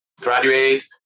graduate